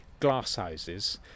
glasshouses